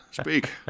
Speak